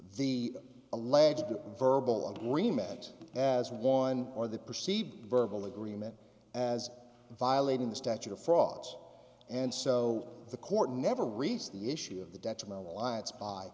the alleged verbal agreement as one or the perceived verbal agreement as violating the statute of frauds and so the court never raised the issue of the detrimental alliance